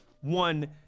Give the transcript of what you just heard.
one